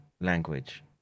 language